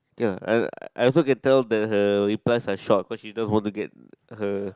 ya I I also can tell that her replies are short cause she just want to get her